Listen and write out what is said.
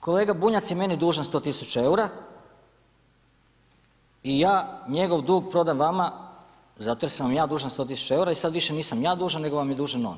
Kolega Bunjac je meni dužan 100000 eura i ja njegov dug prodam vama, zato jer sam vam ja dužan 100000 eura i sad više nisam ja dužan, nego vam je dužan on.